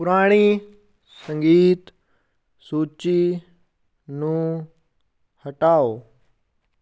ਪੁਰਾਣੀ ਸੰਗੀਤ ਸੂਚੀ ਨੂੰ ਹਟਾਓ